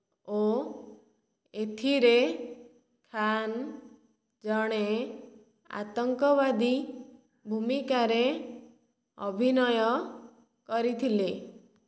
ଓ ଏଥିରେ ଖାନ୍ ଜଣେ ଆତଙ୍କବାଦୀ ଭୂମିକାରେ ଅଭିନୟ କରିଥିଲେ